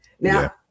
Now